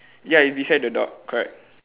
ya it's beside the dog correct